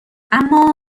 اما